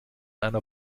einer